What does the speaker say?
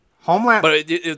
Homeland –